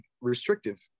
restrictive